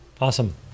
Awesome